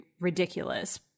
ridiculous